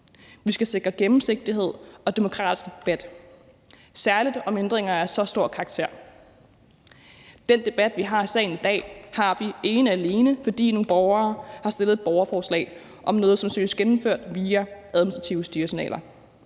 Vi skal sikre gennemsigtighed og demokratisk debat, særlig om ændringer af så stor karakter. Den debat, vi har i salen i dag, har vi ene og alene, fordi nogle borgere har fremsat et borgerforslag om noget, som søges gennemført via administrative styresignaler.